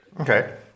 Okay